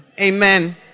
Amen